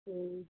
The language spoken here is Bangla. হুম